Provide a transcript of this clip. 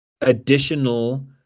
additional